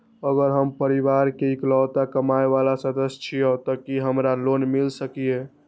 अगर हम परिवार के इकलौता कमाय वाला सदस्य छियै त की हमरा लोन मिल सकीए?